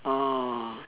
orh